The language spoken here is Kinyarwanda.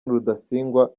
rudasingwa